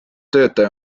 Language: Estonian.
töötaja